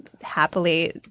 happily